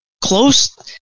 close